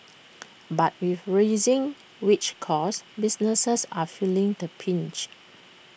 but with rising wage costs businesses are feeling the pinch